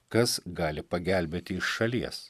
kas gali pagelbėti iš šalies